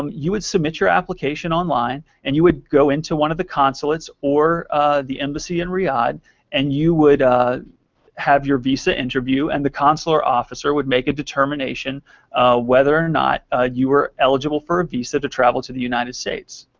um you would submit your application online and you would go into one of the consulates or the embassy in riyadh and you would have your visa interview and the consular officer would make a determination whether or not ah you are eligible for a visa to travel to the united states.